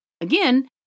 Again